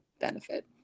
benefit